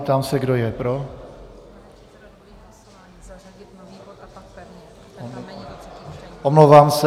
Ptám se, kdo je pro. Omlouvám se.